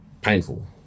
painful